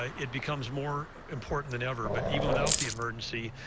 ah it becomes more important than ever, but even about the emergency,